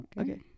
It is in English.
Okay